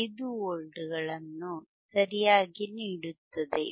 5 ವೋಲ್ಟ್ಗಳನ್ನು ಸರಿಯಾಗಿ ನೀಡುತ್ತವೆ